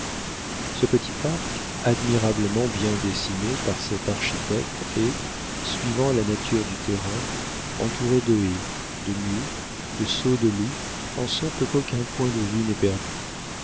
ce petit parc admirablement bien dessiné par cet architecte est suivant la nature du terrain entouré de haies de murs de sauts de loup en sorte qu'aucun point de vue n'est perdu